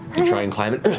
you try and climb it,